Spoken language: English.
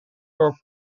for